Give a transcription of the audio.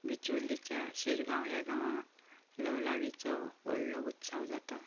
बिचोलीच्या शिरगांव ह्या गांवांत लयराईचो व्हडलो उत्सव जाता